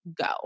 go